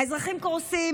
האזרחים קורסים,